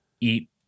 eat